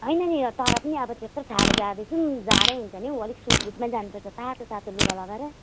होइन नि तर पनि अब त्यत्रो टाढो जाँदैछौँ जाडै हुन्छ नि हौ अलिक सुटबुटमै जानुपर्छ तातो तातो लुगा लगाएर